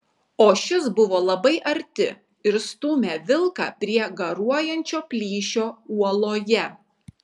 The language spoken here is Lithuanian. o šis buvo labai arti ir stūmė vilką prie garuojančio plyšio uoloje